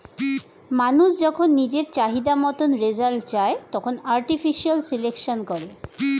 মানুষ যখন নিজের চাহিদা মতন রেজাল্ট চায়, তখন আর্টিফিশিয়াল সিলেকশন করে